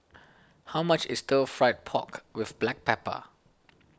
how much is Stir Fried Pork with Black Pepper